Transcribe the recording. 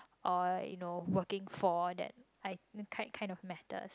or you know working for that I kind kind of matters